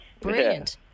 Brilliant